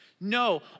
No